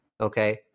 okay